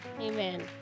Amen